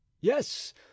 Yes